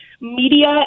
media